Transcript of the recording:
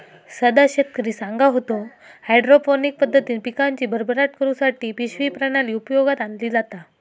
सदा शेतकरी सांगा होतो, हायड्रोपोनिक पद्धतीन पिकांची भरभराट करुसाठी पिशवी प्रणाली उपयोगात आणली जाता